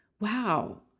wow